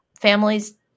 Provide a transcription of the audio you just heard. Families